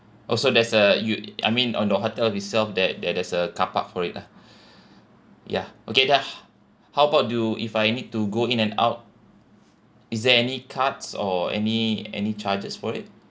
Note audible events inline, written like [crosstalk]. also there's a you I mean on the hotel itself that there there's a car park for it lah [breath] ya okay lah how about do if I need to go in and out is there any cards or any any charges for it